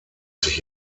sich